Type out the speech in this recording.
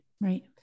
Right